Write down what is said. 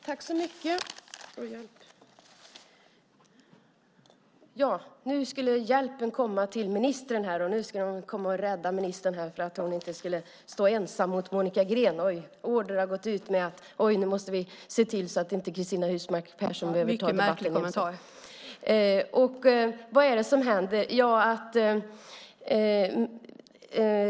Herr talman! Nu ska hjälpen komma till ministern. Nu ska de komma och rädda ministern så att hon inte ska stå ensam mot Monica Green. Order har gått ut om att nu måste vi se till att inte Cristina Husmark Pehrsson behöver ta debatten ensam. Vad är det som händer?